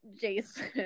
jason